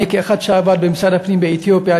אני כאחד שעבד במשרד הפנים באתיופיה,